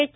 H